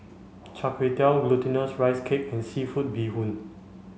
Char Kway Teow glutinous rice cake and seafood bee hoon